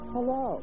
Hello